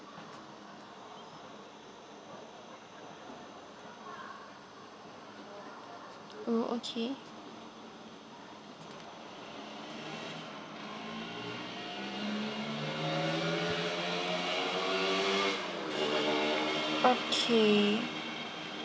oh okay okay